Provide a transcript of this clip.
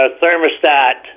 thermostat